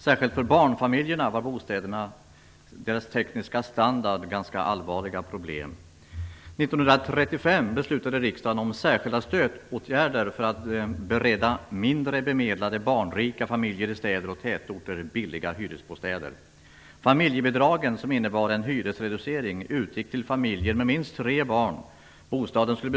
Särskilt för barnfamiljerna var bostädernas tekniska standard ett ganska allvarligt problem.